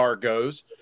goes